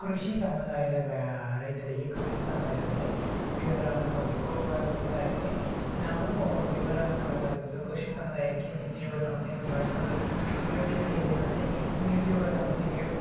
ಕೃಷಿ ಸಮುದಾಯದ ಬ ರೈತರಿಗೆ ಕೃಷಿ ಸಮುದಾಯದವರಿಗೆ ಬೆಂಬಲವನ್ನ ಕೊಡಬೇಕು ಅವರ ಸಮುದಾಯಕ್ಕೆ ನಾವು ಬೆಂಬಲವನ್ನು ಕೊಡೋದಾಗಿರ್ಬೋದು ಕೃಷಿ ಸಮುದಾಯಕ್ಕೆ ನೀತಿಯುಗ ಸಮಸ್ಯೆ ನಿವಾರಿಸುವ ಯೋಗ್ಯತೆ ಇದೆ ಮತ್ತೆ ನಿರುದ್ಯೋಗ ಸಮಸ್ಯೆಗೆ